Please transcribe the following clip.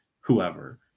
whoever